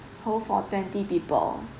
hold for twenty people